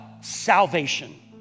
salvation